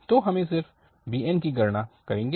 तो हम सिर्फ bn कीगणना करेंगे